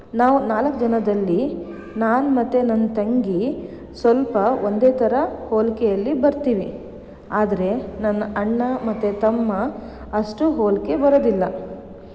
ನಾವು ನಾಲ್ಕು ಜನದಲ್ಲಿ ನಾನು ಮತ್ತು ನನ್ನ ತಂಗಿ ಸ್ವಲ್ಪ ಒಂದೇ ಥರ ಹೋಲಿಕೆಯಲ್ಲಿ ಬರ್ತೀವಿ ಆದರೆ ನನ್ನ ಅಣ್ಣ ಮತ್ತು ತಮ್ಮ ಅಷ್ಟೂ ಹೋಲಿಕೆ ಬರೋದಿಲ್ಲ